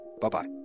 Bye-bye